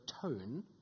tone